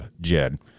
Jed